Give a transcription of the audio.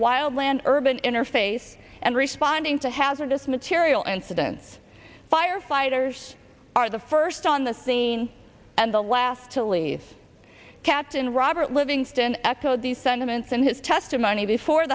wild land urban interface and responding to hazardous material incidents firefighters are the first on this thing and the last to leave captain robert livingston echoed these sentiments in his testimony before